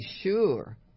sure